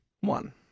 One